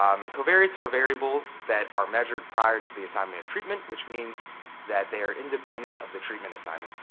um and covariates are variables that are measured prior to the assignment treatment, which means that they are independent of the treatment assignment.